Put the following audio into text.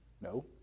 no